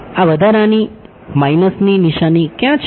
આ વધારાની માઇનસની નિશાની ક્યાં છે